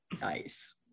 Nice